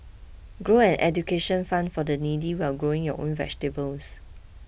grow an education fund for the needy while growing your own vegetables